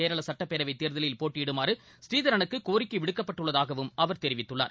கேரள சுட்ப்பேரவைத் தேர்தலில் போட்டியிடுமாறு கோரிக்கை ப்ரீதரனுக்கு விடுக்கப்பட்டுள்ளதாகவும் அவர் தெரிவித்துள்ளார்